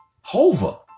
Hova